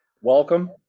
welcome